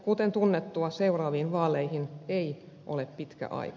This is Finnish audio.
kuten tunnettua seuraaviin vaaleihin ei ole pitkä aika